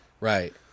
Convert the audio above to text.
Right